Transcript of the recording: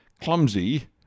clumsy